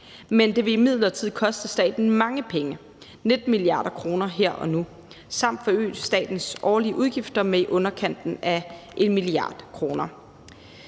men det vil imidlertid koste staten mange penge, 19 mia. kr. her og nu, samt forøge statens årlige udgifter med i underkanten af 1 mia. kr.